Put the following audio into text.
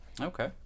Okay